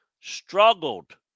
struggled